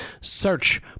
Search